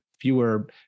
fewer